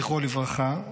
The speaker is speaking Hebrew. זיכרונו לברכה,